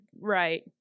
right